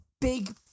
big